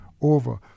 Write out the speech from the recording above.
over